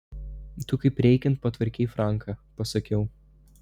tu kaip reikiant patvarkei franką pasakiau